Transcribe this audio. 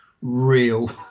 real